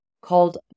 called